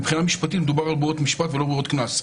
מבחינה משפטית מדובר על ברירות משפט ולא ברירות קנס.